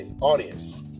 audience